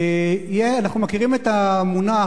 אנחנו מכירים את המונח,